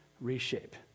reshape